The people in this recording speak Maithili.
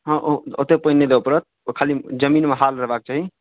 हँ ओ ओतेक पानि नहि देबय पड़त खाली जमीनमे हाल रहबाक चाही